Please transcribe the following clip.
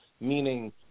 meaning –